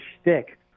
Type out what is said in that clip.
shtick